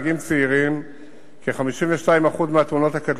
נהגים צעירים עד גיל 24 מעורבים בתאונות דרכים קשות